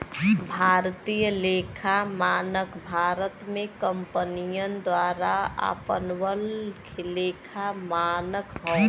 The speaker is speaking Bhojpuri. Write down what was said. भारतीय लेखा मानक भारत में कंपनियन द्वारा अपनावल लेखा मानक हौ